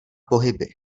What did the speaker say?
pohyby